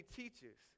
teaches